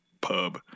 pub